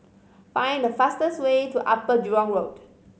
find the fastest way to Upper Jurong Road